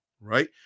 right